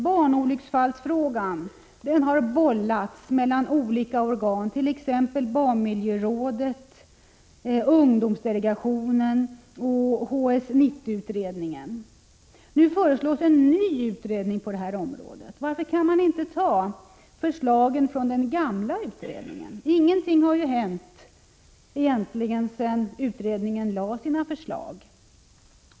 Barnolycksfallsfrågan har bollats mellan olika organ, t.ex. barnmiljörådet, ungdomsdelegationen och HS 90-beredningen. Nu föreslås en ny utredning på detta område. Varför kan man inte ta förslagen från den gamla utredningen? Ingenting har ju egentligen hänt sedan den utredningen avlämnade sina förslag.